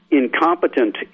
incompetent